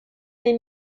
des